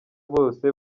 bose